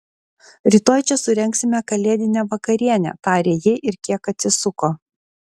rytoj čia surengsime kalėdinę vakarienę tarė ji ir kiek atsisuko